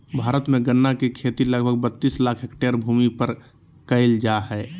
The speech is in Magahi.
भारत में गन्ना के खेती लगभग बत्तीस लाख हैक्टर भूमि पर कइल जा हइ